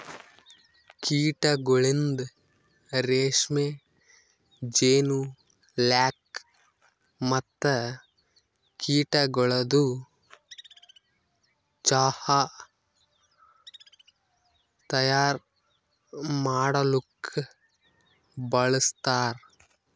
ಕೀಟಗೊಳಿಂದ್ ರೇಷ್ಮೆ, ಜೇನು, ಲ್ಯಾಕ್ ಮತ್ತ ಕೀಟಗೊಳದು ಚಾಹ್ ತೈಯಾರ್ ಮಾಡಲೂಕ್ ಬಳಸ್ತಾರ್